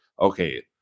okay